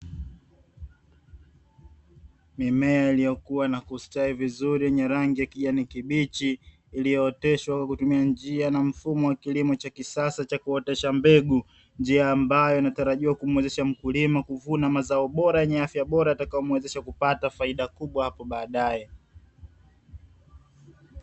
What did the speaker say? Mimea iliyokuwa na kustawi vizuri yenye rangi ya kijani kibichi iliyooteshwa kwa kutumia njia na mfumo wa kilimo cha kisasa cha kuotesha mbegu, njia ambayo inatarajiwa kumwezesha mkulima kuvuna mazao bora yenye afya bora yatakayo mwezesha kupata faida kubwa hapo baadaye.